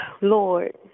Lord